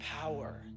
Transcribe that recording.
power